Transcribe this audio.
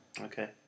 Okay